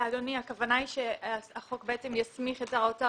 הכוונה היא שהחוק בעצם יסמיך את שר האוצר